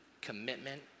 commitment